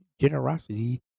generosity